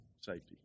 safety